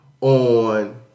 on